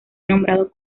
nombrado